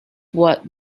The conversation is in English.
what